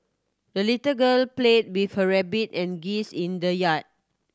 the little girl played with her rabbit and geese in the yard